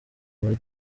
muri